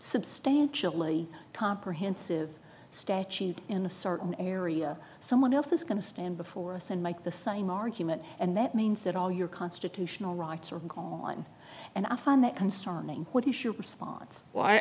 substantially comprehensive statute in a certain area someone else is going to stand before us and make the same argument and that means that all your constitutional rights are gone and i found that concerning what you should response well